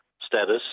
status